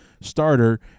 starter